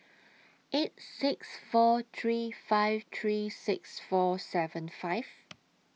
eight six four three five three six four seven five